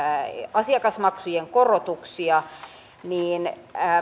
asiakasmaksujen korotuksia niin